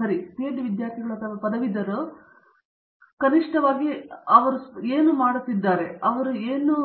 ಸರಿ ಪಿಎಚ್ಡಿ ವಿದ್ಯಾರ್ಥಿಗಳು ಅಥವಾ ಪದವೀಧರರು ನಾವು ಅದನ್ನು ನೋಡುವ ರೀತಿಯಲ್ಲಿ ಕನಿಷ್ಠ ಅವರು ಸ್ಪಷ್ಟವಾದ ಏನು ಮಾಡಿದ್ದಾರೆ ಎಂಬುದನ್ನು